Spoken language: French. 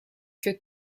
que